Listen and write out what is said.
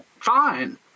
fine